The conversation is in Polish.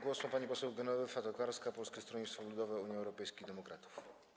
Głos ma pani poseł Genowefa Tokarska, Polskie Stronnictwo Ludowe - Unia Europejskich Demokratów.